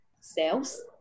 sales